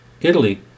Italy